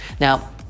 Now